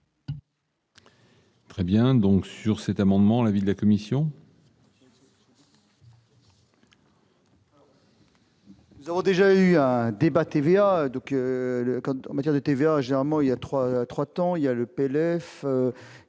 Très bien, donc, sur ces amendements la de la commission.